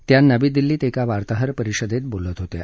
त्या नवी दिल्लीत एका वार्ताहर परिषदेत बोलत होत्या